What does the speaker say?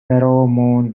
pheromone